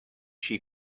she